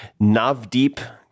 Navdeep